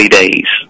days